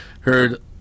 heard